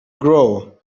grow